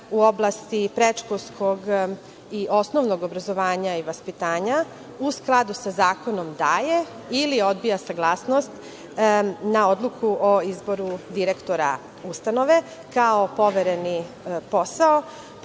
u oblasti predškolskog i osnovnog obrazovanja i vaspitanja, u skladu sa zakonom, daje ili odbija saglasnost na odluku o izboru direktora ustanove, kao povereni posao.